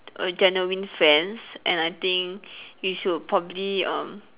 err genuine friends and I think we should probably err